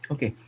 Okay